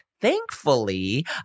Thankfully